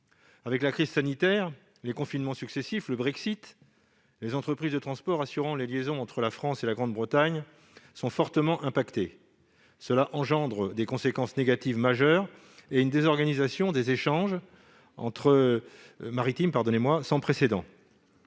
Avec la crise sanitaire, les confinements successifs et le Brexit, les entreprises de transport assurant les liaisons entre la France et la Grande-Bretagne sont fortement touchées. Cette situation a des conséquences négatives majeures et entraîne une désorganisation des échanges maritimes sans précédent.